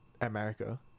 America